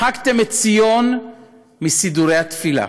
מחקתם את ציון מסידורי התפילה.